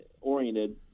oriented